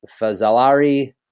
Fazalari